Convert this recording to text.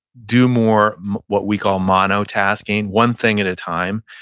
do more what we call monotasking. one thing at a time.